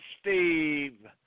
Steve